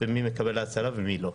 ומי מקבל האצלה ומי לא.